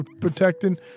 protecting